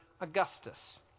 Augustus